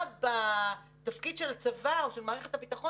מה בתפקיד של הצבא או של מערכת הביטחון